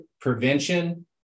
prevention